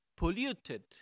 polluted